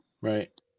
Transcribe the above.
Right